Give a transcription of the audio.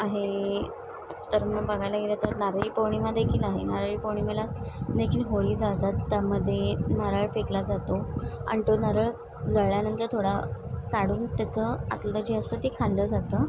आहे तर मग बघायला गेलं तर नारळी पौणिमादेखील आहे नाराळी पौणिमाला देखील होळी जळतात त्यामदे नारळ फेकला जातो आणि तो नारळ जळल्यानंतर थोडा काढून त्याचं आतलं जे असतं ते खांदलं जातं